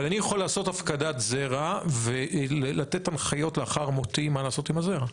אבל אני יכול לעשות הפקדת זרע ולתת הנחיות לאחר מותי מה לעשות עם הזרע.